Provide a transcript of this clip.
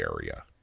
area